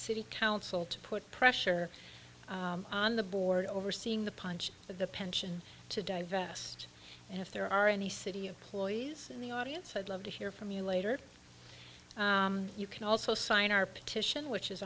city council to put pressure on the board overseeing the punch of the pension to divest and if there are any city of ploys in the audience i'd love to hear from you later you can also sign our petition which is